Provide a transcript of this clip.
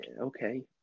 okay